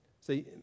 See